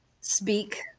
speak